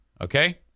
Okay